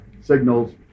signals